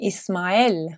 Ismael